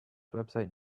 website